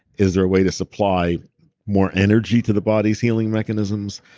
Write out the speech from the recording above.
is there a way to supply more energy to the body's healing mechanisms?